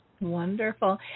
Wonderful